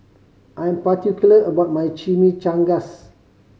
I'm particular about my Chimichangas